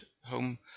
home